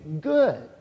good